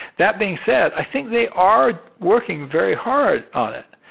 that being said, i think they are working very hard on it.